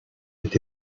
est